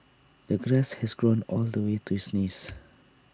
the grass had grown all the way to his knees